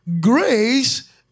grace